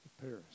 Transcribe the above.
Paris